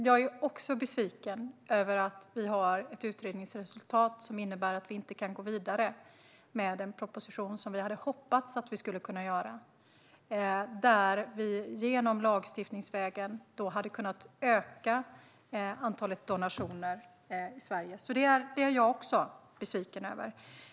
Jag är också besviken över att vi har ett utredningsresultat som innebär att vi inte kan gå vidare med en proposition, så som vi hade hoppats att vi skulle kunna, där vi lagstiftningsvägen hade kunnat öka antalet donationer i Sverige. Det är jag också besviken över.